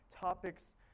topics